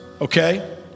okay